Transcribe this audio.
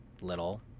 Little